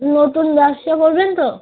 নতুন ব্যবসা বোঝেন তো